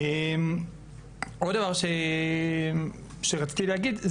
עוד דבר שרציתי להגיד,